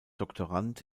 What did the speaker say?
doktorand